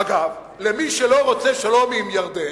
אגב, למי שלא רוצה שלום עם ירדן,